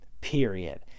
period